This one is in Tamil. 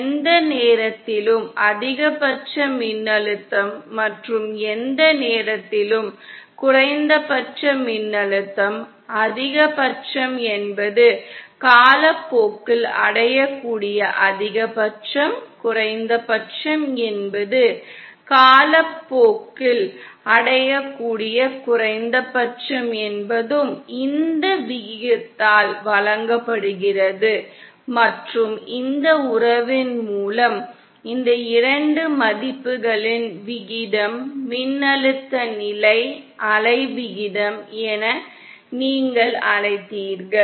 எந்த நேரத்திலும் அதிகபட்ச மின்னழுத்தம் மற்றும் எந்த நேரத்திலும் குறைந்தபட்ச மின்னழுத்தம் அதிகபட்சம் என்பது காலப்போக்கில் அடையக்கூடிய அதிகபட்சம் குறைந்தபட்சம் என்பது காலப்போக்கில் அடையக்கூடிய குறைந்தபட்சம் என்பதும் இந்த விகிதத்தால் வழங்கப்படுகிறது மற்றும் இந்த உறவின் மூலம் இந்த 2 மதிப்புகளின் விகிதம் மின்னழுத்த நிலை அலை விகிதம் என நீங்கள் அழைத்தீர்கள்